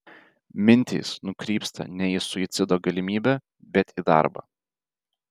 mintys nukrypsta ne į suicido galimybę bet į darbą